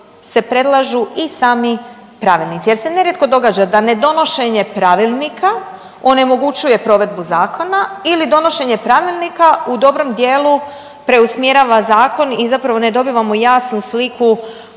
se predlažu i sami pravilnici jer se nerijetko događa da nedonošenje pravilnika onemogućuje provedbu zakona ili donošenje pravilnika u dobrom dijelu preusmjerava zakon i zapravo ne dobivamo jasnu sliku